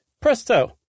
Presto